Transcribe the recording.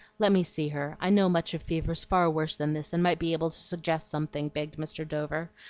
let me see her i know much of fevers far worse than this, and might be able to suggest something, begged mr. dover,